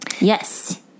Yes